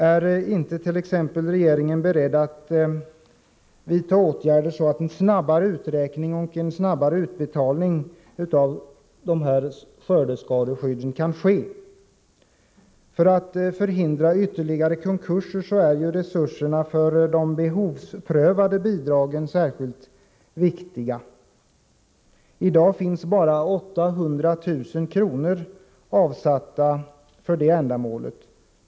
Är regeringen beredd att t.ex. vidta åtgärder så att en snabbare uträkning och en snabbare utbetalning av skördeskadeskyddsbeloppen kan ske? För att ytterligare konkurser skall kunna förhindras är resurserna för de behovsprövade bidragen särskilt viktiga. I dag finns bara 800 000 kr. avsatta för detta ändamål.